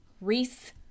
Reese